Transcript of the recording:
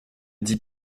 dis